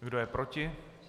Kdo je proti?